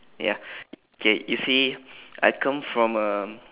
ya okay you see I come from um